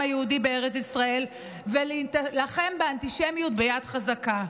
היהודי בארץ ישראל ולהילחם באנטישמיות ביחד חזקה.